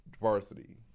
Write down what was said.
varsity